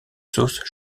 sauce